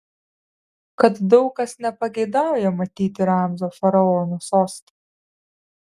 kad daug kas nepageidauja matyti ramzio faraono soste